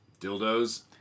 Dildos